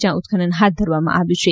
જયાં ઉત્અનન હાથ ધરવામાં આવ્યું છે